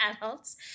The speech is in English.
adults